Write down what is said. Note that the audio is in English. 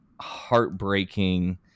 heartbreaking